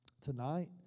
tonight